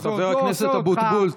חבר הכנסת אבוטבול,